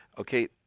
Okay